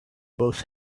both